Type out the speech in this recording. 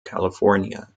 california